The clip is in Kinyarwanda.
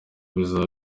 bizaba